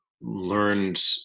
learned